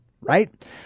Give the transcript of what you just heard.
Right